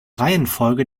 reihenfolge